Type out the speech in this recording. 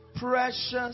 Precious